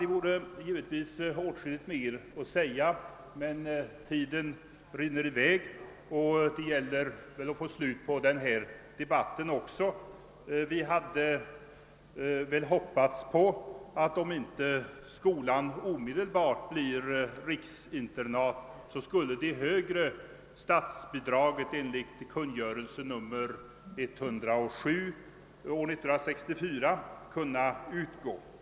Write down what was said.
Det vore givetvis ålskilligt mer att säga, men tiden rinner i väg och det gäller att få slut även på den här debatten. Vi hade väl hoppats på att om skolan inte omedelbart blir riksinternat skulle det högre statsbidraget enligt kungörelse nr 137 av år 1964 kunna utgå.